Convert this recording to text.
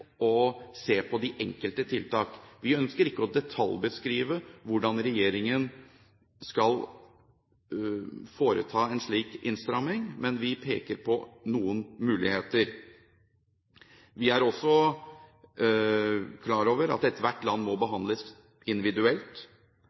se på de enkelte tiltak. Vi ønsker ikke å detaljbeskrive hvordan regjeringen skal foreta en slik innstramming, men vi peker på noen muligheter. Vi er også klar over at ethvert land må behandles individuelt.